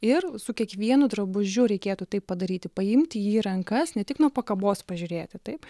ir su kiekvienu drabužiu reikėtų tai padaryti paimti jį į rankas ne tik nuo pakabos pažiūrėti taip